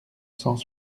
cent